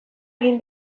egin